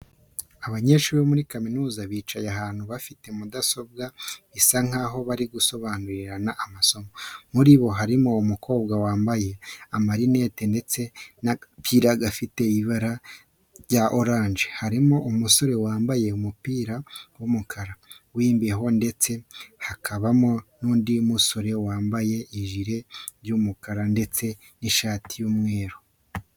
Abanyeshuri bo muri kaminuza bicaye ahantu bafite mudasobwa bisa nkaho bari gusobanurirana amasomo. Muri bo harimo umukobwa wambaye amarinete ndetse n'agapira gafite ibara rya oranje, harimo umusore wambaye umupira w'umukara w'imbeho ndetse hakabamo n'undi musore wambaye ijire y'umukara ndetse n'ishati y'umweru.